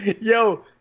Yo